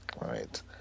right